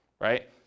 right